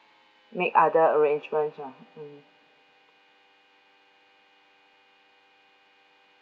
make other arrangements ah mm